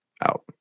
Out